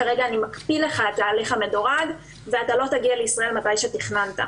מקפיאים לו את ההליך המדורג והוא לא יוכל להגיע לישראל מתי שתכנן.